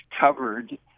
covered